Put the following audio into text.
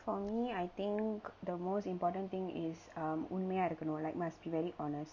for me I think the most important thing is um உண்மையா இருக்கணும்:unmaya irukanum like must be very honest